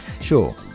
Sure